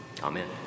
Amen